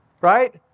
right